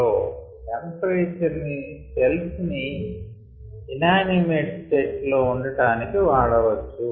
లో టెంపరేచర్ ని సేల్స్ ని ఇనానిమేట్ స్టేట్inanimate state లో ఉంచటానికి వాడచ్చు